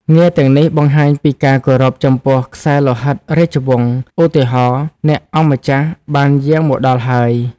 ងារទាំងនេះបង្ហាញពីការគោរពចំពោះខ្សែលោហិតរាជវង្ស ឧទាហរណ៍ អ្នកអង្គម្ចាស់បានយាងមកដល់ហើយ។